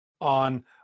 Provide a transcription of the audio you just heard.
on